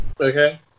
Okay